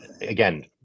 again